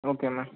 okay ma'am